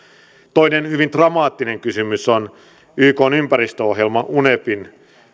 toinen hyvin dramaattinen kysymys on ykn ympäristöohjelman unepin